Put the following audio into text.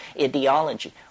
ideology